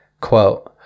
quote